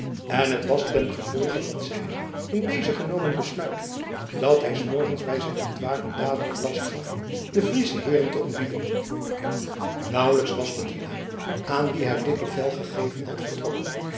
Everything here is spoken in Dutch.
en het was ten gevolge van zijn in dezen genomen besluit dat hij s morgens bij zijn ontwaken dadelijk last gaf de friesche heeren te ontbieden nauwelijks was de dienaar aan wien hij dit bevel gegeven had vertrokken